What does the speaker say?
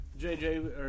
JJ